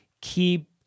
keep